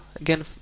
again